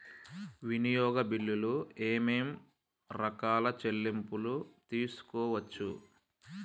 వినియోగ బిల్లులు ఏమేం రకాల చెల్లింపులు తీసుకోవచ్చు?